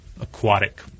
aquatic